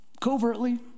covertly